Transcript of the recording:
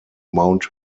mount